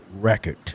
record